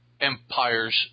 Empire's